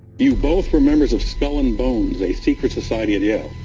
you both were members of skull and bones, a secret society at yale.